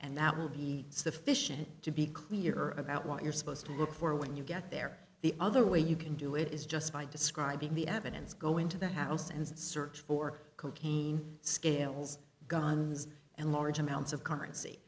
and that will be sufficient to be clear about what you're supposed to look for when you get there the other way you can do it is just by describing the evidence go into the house and search for cocaine scales guns and large amounts of currency